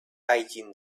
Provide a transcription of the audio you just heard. eyeing